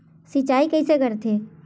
सिंचाई कइसे करथे?